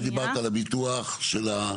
את דיברת על הביטוח של ?